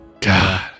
God